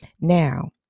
Now